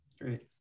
Great